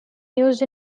used